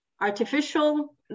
artificial